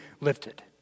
lifted